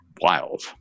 wild